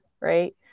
Right